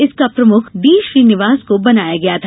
इसका प्रमुख डी श्रीनिवास को बनाया गया था